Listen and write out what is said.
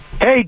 Hey